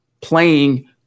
playing